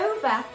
Over